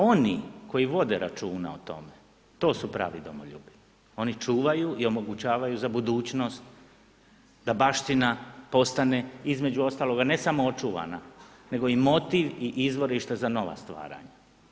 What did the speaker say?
Oni koji vode računa o tome, to su pravi domoljubi, oni čuvaju i omogućavaju za budućnost da baština postane između ostaloga ne samo očuvana nego i motiv i izvorište za nova stvaranja.